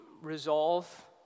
Resolve